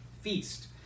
feast